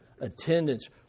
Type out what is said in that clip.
attendance